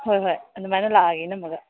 ꯍꯣꯏ ꯍꯣꯏ ꯑꯗꯨꯃꯥꯏꯅ ꯂꯥꯛꯑꯒꯦ ꯏꯅꯝꯃꯒ